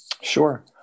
Sure